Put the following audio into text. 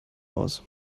aus